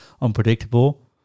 unpredictable